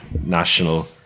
national